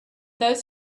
those